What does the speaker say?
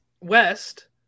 West